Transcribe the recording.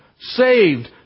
Saved